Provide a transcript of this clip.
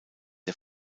der